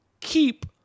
keep